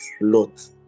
Lot